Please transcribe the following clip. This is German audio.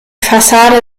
fassade